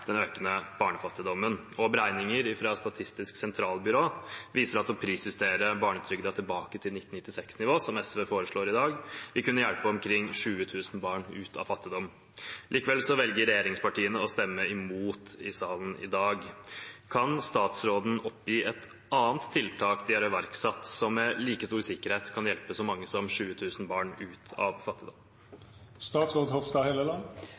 den økende barnefattigdommen. Beregninger fra Statistisk sentralbyrå viser at å prisjustere barnetrygden tilbake til 1996-nivå, som SV foreslår i dag, kunne hjelpe omkring 20 000 barn ut av fattigdom. Likevel velger regjeringspartiene å stemme imot i salen i dag. Kan statsråden oppgi et annet tiltak de har iverksatt, som med like stor sikkerhet kan hjelpe så mange som 20 000 barn ut av